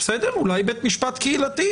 אולי בית משפט קהילתי,